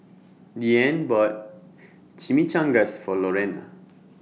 Deanne bought Chimichangas For Lorena